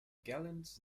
gallant